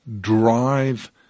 drive